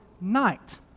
night